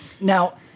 Now